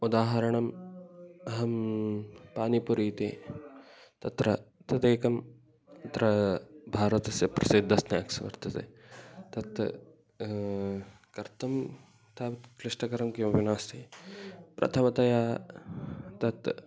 उदाहरणम् अहं पानिपुरि इति तत्र तदेकम् अत्र भारतस्य प्रसिद्धं स्न्याक्स् वर्तते तत् कर्तुं तावत् क्लिष्टकरं किमपि नास्ति प्रथमतया तत्